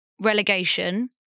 relegation